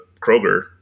Kroger